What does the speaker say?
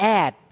add